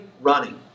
running